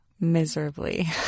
miserably